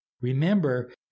Remember